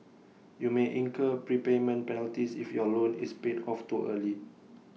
you may incur prepayment penalties if your loan is paid off too early